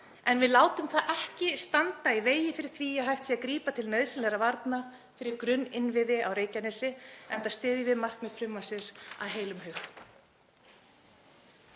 En við látum það ekki standa í vegi fyrir því að hægt sé að grípa til nauðsynlegra varna fyrir grunninnviði á Reykjanesi enda styðjum við markmið frumvarpsins af heilum hug.